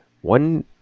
One